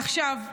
עכשיו,